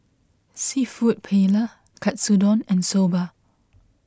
Seafood Paella Katsudon and Soba